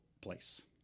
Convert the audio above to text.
place